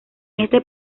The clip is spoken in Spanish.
este